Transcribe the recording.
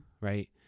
right